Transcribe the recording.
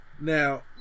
Now